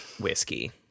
whiskey